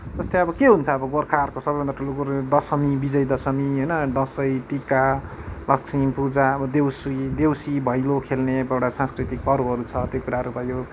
जस्तै अब के हुन्छ अब गोर्खाहरूको सबैभन्दा ठुलो कुरो दशमी विजय दशमी होइन दसैँ टिका लक्ष्मी पूजा अब देउसी देउसी भैलो खेल्ने अब एउटा सांस्कृतिक पर्वहरू छ त्यो कुराहरू भयो